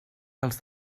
dels